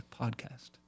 podcast